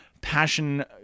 Passion